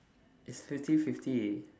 is fifty fifty